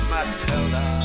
Matilda